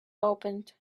opened